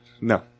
No